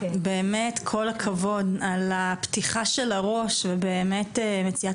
באמת כל הכבוד על הפתיחה של הראש ומציאת